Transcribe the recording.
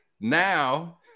now